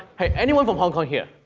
hey, anyone from hong kong here?